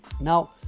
now